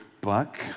buck